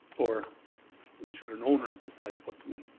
or should an owner decide to put them in.